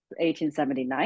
1879